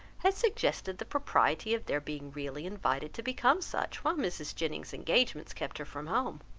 had suggested the propriety of their being really invited to become such, while mrs. jennings's engagements kept her from home.